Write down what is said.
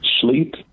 sleep